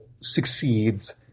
succeeds